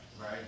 right